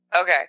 Okay